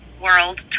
World